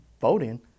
voting